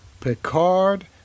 Picard